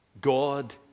God